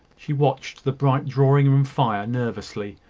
she watched the bright drawing-room fire nervously,